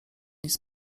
nic